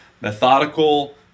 methodical